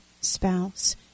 spouse